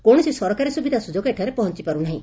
କୌଣସି ସରକାରୀ ସୁବିଧା ସୁଯୋଗ ଏଠାରେ ପହଞ୍ ପାରୁ ନାହି